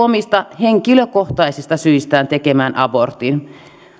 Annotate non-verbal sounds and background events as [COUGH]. [UNINTELLIGIBLE] omista henkilökohtaisista syistään tekemään abortin